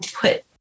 put